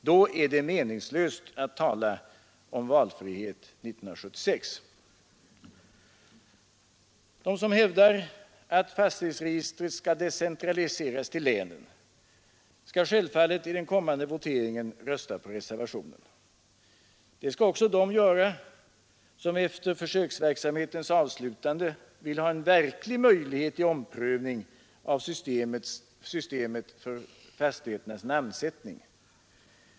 Då är det meningslöst att tala om valfrihet 1976. De som hävdar att fastighetsregistret skall decentraliseras till länen skall självfallet i den kommande voteringen rösta på reservationen. Det skall också de göra som efter försöksverksamhetens avslutande vill ha en verklig möjlighet till omprövning av systemet för fastigheternas namnsättning.